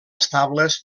estables